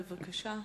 בבקשה.